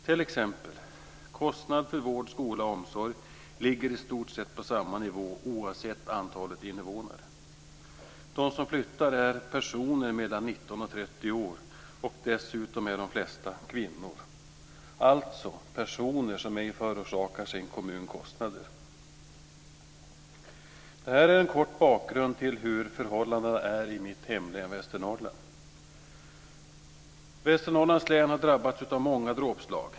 T.ex. ligger kostnaderna för vård, skola och omsorg på i stort samma nivå oavsett antalet invånare. De som flyttar är personer mellan 19 och 30 år. Dessutom är de flesta kvinnor, alltså personer som ej förorsakar sin kommun kostnader. Jag vill ge en kort beskrivning av förhållandena i mitt hemlän Västernorrland. Västernorrlands län har drabbats av många dråpslag.